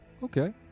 Okay